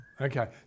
Okay